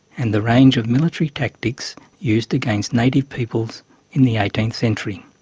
and the range of military tactics used against native peoples in the eighteenth century.